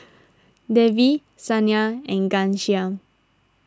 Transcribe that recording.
Devi Saina and Ghanshyam